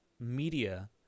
media